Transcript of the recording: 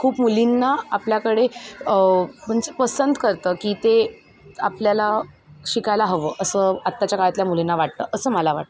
खूप मुलींना आपल्याकडे म्हणजे पसंत करतं की ते आपल्याला शिकायला हवं असं आत्ताच्या काळातल्या मुलींना वाटतं असं मला वाटतं